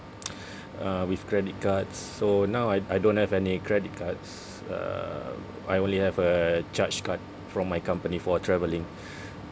uh with credit cards so now I I don't have any credit cards uh I only have a charge card from my company for travelling